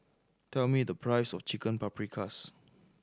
tell me the price of Chicken Paprikas